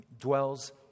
dwells